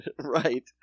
Right